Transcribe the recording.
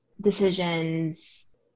decisions